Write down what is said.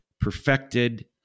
perfected